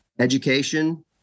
Education